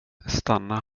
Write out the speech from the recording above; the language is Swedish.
stanna